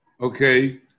okay